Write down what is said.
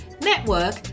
network